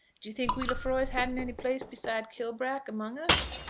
do you think we lefroys hadn't any place beside kilbrack among us?